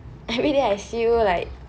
everyday I see you like